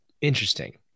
interesting